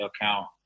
account